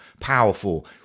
powerful